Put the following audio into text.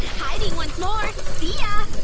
hiding once more! see ya!